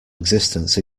existence